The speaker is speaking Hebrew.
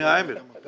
בבית החולים העמק.